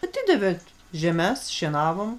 atidavėt žemes šienavom